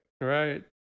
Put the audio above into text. Right